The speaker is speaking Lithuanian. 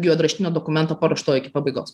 juodraštinio dokumento paruošto iki pabaigos